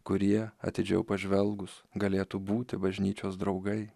kurie atidžiau pažvelgus galėtų būti bažnyčios draugai